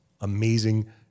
amazing